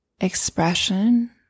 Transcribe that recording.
expression